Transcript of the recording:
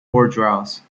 bourgeois